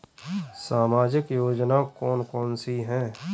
सामाजिक योजना कौन कौन सी हैं?